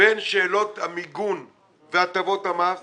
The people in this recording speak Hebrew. בין שאלות המיגון והטבות המס